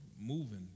moving